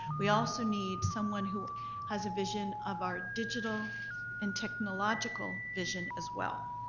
we also need someone who has a vision of our digital and technological vision as well.